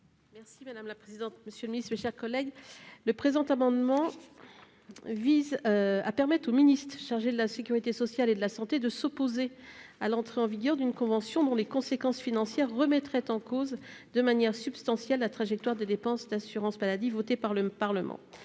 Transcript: est ainsi libellé : La parole est à Mme la rapporteure. Le présent amendement vise à permettre aux ministres chargés de la sécurité sociale et de la santé de s'opposer à l'entrée en vigueur d'une convention dont les conséquences financières remettraient en cause de manière substantielle la trajectoire des dépenses d'assurance maladie votée par le Parlement.